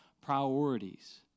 priorities